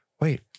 wait